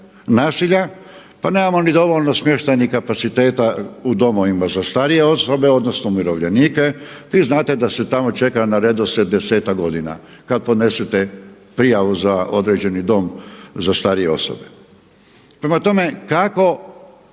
pa nemamo dovoljno ni smještajnih kapaciteta u domovima za starije osobe, odnosno umirovljenike. Vi znate da se tamo čeka na redoslijed desetak godina kad podnesete prijavu za određeni dom za starije osobe. Prema tome, kako